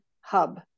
hub